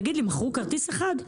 תגיד לי, מכרו כרטיס אחד?